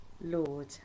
Lord